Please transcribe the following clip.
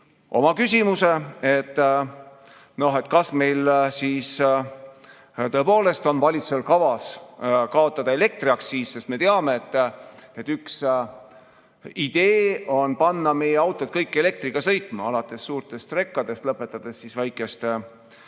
oma küsimuse, et kas meil siis tõepoolest on valitsusel kavas kaotada elektriaktsiis, sest me teame, et üks idee on panna meie autod kõik elektriga sõitma alates suurtest rekadest, lõpetades väikeste